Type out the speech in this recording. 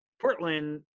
Portland